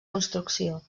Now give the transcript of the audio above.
construcció